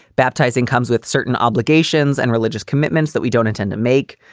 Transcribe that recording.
baptizing comes with certain obligations and religious commitments that we don't intend to make.